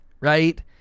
right